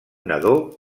nadó